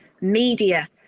media